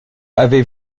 avez